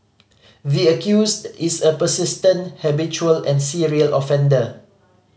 the accused is a persistent habitual and serial offender